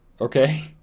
Okay